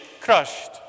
crushed